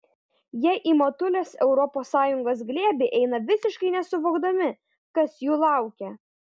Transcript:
jie į motulės europos sąjungos glėbį eina visiškai nesuvokdami kas jų laukia